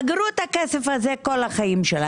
אגרו את הכסף הזה כל חייהם,